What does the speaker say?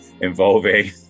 involving